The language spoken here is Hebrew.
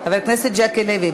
חבר הכנסת ז'קי לוי,